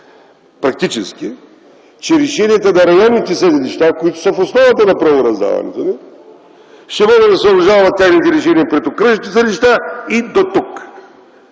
практически, че решенията на районните съдилища, които са в основата на правораздаването ни, ще могат да се обжалват техните решения пред окръжните съдилища и дотук.